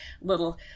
little